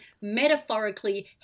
metaphorically